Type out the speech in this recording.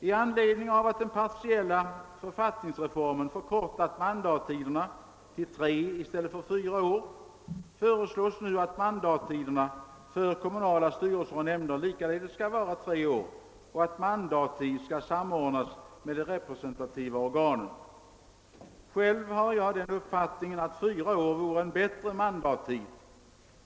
I anledning av att den partiella författningsreformen förkortat mandattiderna till tre i stället för fyra år föreslås nu att mandattiderna för kommunala styrelser och nämnder likaledes skall vara tre år och att mandattid skall samordnas med de representativa organen. Själv har jag den uppfattningen att fyra år vore en bättre mandattid.